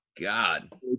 god